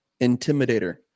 Intimidator